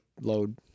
load